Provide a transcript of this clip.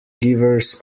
givers